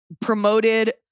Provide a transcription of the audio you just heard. promoted